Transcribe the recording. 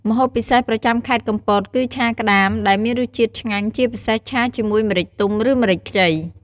ម្ហូបពិសេសប្រចាំខេត្តកំពតគឺឆាក្តាមដែលមានរសជាតិឆ្ងាញ់ ជាពិសេសឆាជាមួយម្រេចទុំឬម្រេចខ្ចី។